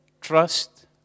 Trust